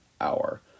hour